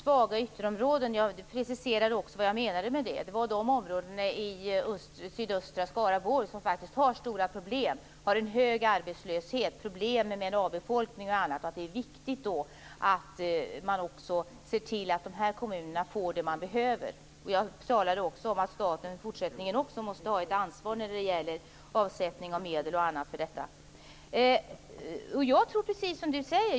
Herr talman! Jag preciserade vad jag menade med svaga ytterområden. Det är de områden i sydöstra Skaraborg som faktiskt har stora problem - hög arbetslöshet, problem med avbefolkning och annat. Det är då viktigt att se till att dessa kommuner får det som de behöver. Jag talade också om att staten också i fortsättningen måste ha ett ansvar för att avsätta medel och annat för detta.